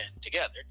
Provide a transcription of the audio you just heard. together